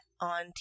on